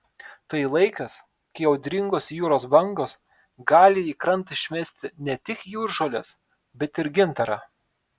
tai laikas kai audringos jūros bangos gali į krantą išmesti ne tik jūržoles bet ir gintarą